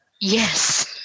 Yes